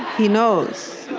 he knows.